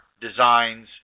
designs